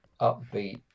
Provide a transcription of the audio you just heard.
upbeat